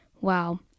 Wow